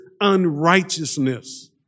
unrighteousness